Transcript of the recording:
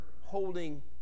holding